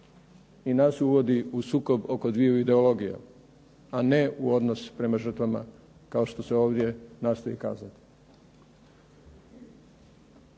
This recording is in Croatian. i nas uvodi u sukob oko dviju ideologija, a ne u odnos prema žrtvama kao što se ovdje nastoji kazati.